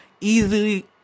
easily